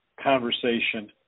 conversation